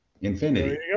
Infinity